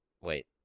wait